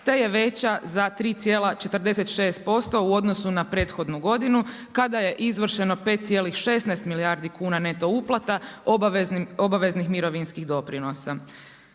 te je veća za 3,46% u odnosu na prethodnu godinu, kada je izvršeno 5,16 milijardi kuna neto uplata obaveznih mirovinskih doprinosa.